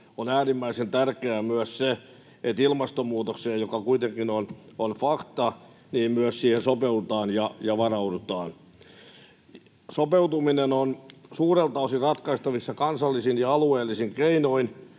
on äärimmäisen tärkeää myös se, että ilmastonmuutokseen, joka kuitenkin on fakta, myös sopeudutaan ja varaudutaan. Sopeutuminen on suurelta osin ratkaistavissa kansallisin ja alueellisin keinoin.